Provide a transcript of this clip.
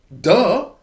duh